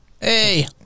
Hey